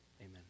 Amen